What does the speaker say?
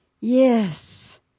Yes